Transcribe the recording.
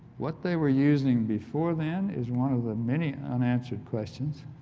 what they were using before then is one of the many unanswered questions.